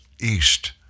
east